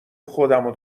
خودمو